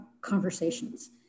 conversations